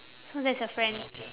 so that's your friend